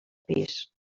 pis